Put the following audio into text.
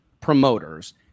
promoters